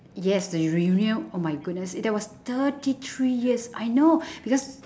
yes the reunion oh my goodness it there was thirty three years I know because